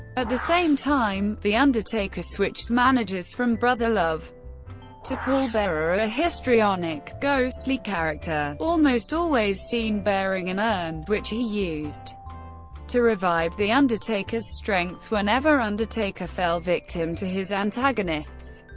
at the same time, the undertaker switched managers from brother love to paul bearer a histrionic, ghostly character, almost always seen bearing an urn, which he used to revive the undertaker's strength whenever undertaker fell victim to his antagonists.